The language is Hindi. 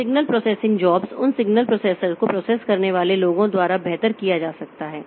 तो सिग्नल प्रोसेसिंग जॉब्स उन सिग्नल प्रोसेसर को प्रोसेस करने वाले लोगों द्वारा बेहतर किया जा सकता है